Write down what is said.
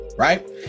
Right